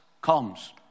Comes